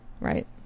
Right